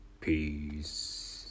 peace